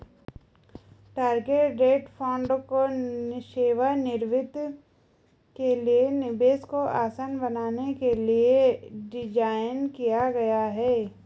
target date fund को सेवानिवृत्ति के लिए निवेश को आसान बनाने के लिए डिज़ाइन किया गया है